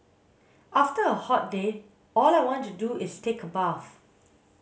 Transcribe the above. after a hot day all I want to do is take a bath